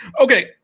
Okay